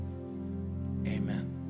Amen